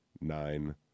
nine